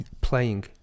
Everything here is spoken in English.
playing